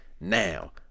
Now